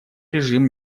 режим